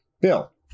Bill